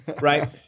Right